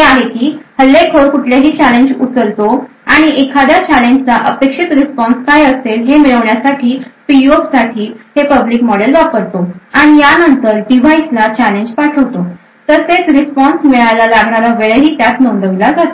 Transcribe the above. आहे की हल्लेखोर कुठलेही चॅलेंज उचलतो आणि एखाद्या चॅलेंजचा अपेक्षित रिस्पॉन्स काय असेल हे मिळवण्यासाठी पीयूएफसाठी हे पब्लिक मॉडेल वापरतो आणि यानंतर डिव्हाइसला चॅलेंज पाठवतो तसेच रिस्पॉन्स मिळायला लागणारा वेळही त्यात नोंदविला जातो